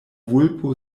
vulpo